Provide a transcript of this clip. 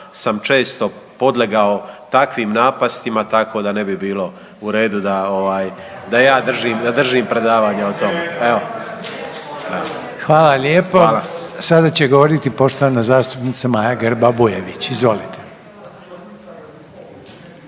sam često podlegao takvim napastima, tako da ne bi bilo u redu da ja držim predavanja o tome. Evo. **Reiner, Željko (HDZ)** Hvala lijepo. Sada će govoriti poštovana zastupnica Maja Grba-Bujević, izvolite.